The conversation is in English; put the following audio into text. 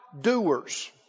doers